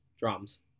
drums